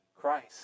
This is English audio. Christ